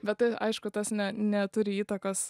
bet ta aišku tas ne neturi įtakos